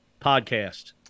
podcast